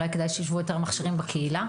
אולי כדאי שיישבו יותר מכשירים בקהילה.